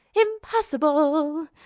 impossible